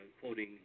quoting